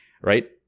right